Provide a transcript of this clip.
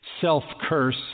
self-curse